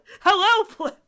Hello